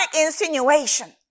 insinuation